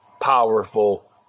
powerful